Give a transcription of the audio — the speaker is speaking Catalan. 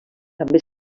també